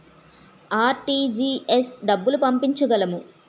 RTGS డబ్బులు పంపించగలము?